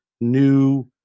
new